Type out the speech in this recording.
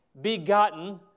begotten